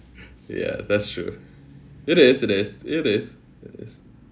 ya that's true it is it is it is it is